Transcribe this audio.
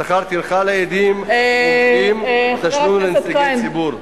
שכר טרחה לעדים מומחים ותשלום לנציגי ציבור.